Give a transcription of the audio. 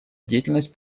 деятельность